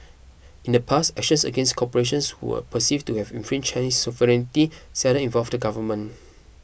in the past actions against corporations who were perceived to have infringed sovereignty seldom involved the government